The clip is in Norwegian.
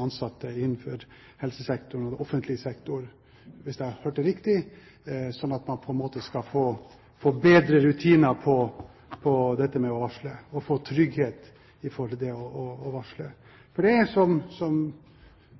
ansatte innenfor helsesktoren og den offentlige sektor – hvis jeg hørte riktig – sånn at man på en måte skal få bedre rutiner på dette med å varsle og få trygghet i forhold til det å varsle. Som